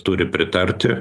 turi pritarti